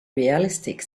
realistic